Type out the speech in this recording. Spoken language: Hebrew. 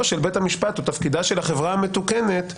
של בית המשפט או תפקידה של החברה המתוקנת,